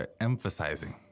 emphasizing